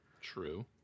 True